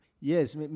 Yes